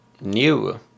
new